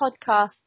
podcast